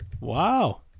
Wow